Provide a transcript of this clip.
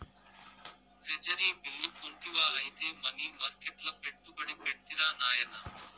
treasury bill కొంటివా ఐతే money మర్కెట్ల పెట్టుబడి పెట్టిరా నాయనా